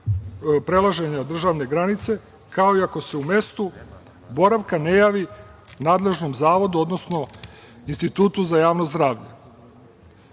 prelaženja državne granice, kao i ako se u mestu boravka ne javi nadležnom zavodu, odnosno institutu za javno zdravlje,